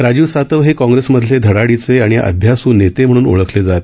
राजीव सातव हे काँग्रेसमधले धडाडीचे आणि अभ्यासू नेते म्हणून ओळखले जात